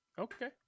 Okay